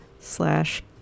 slash